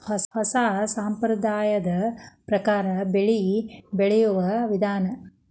ಹೊಸಾ ಸಂಪ್ರದಾಯದ ಪ್ರಕಾರಾ ಬೆಳಿ ಬೆಳಿಯುವ ವಿಧಾನಾ